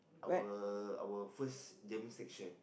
our our first jam section